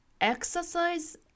exercise